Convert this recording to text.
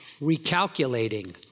recalculating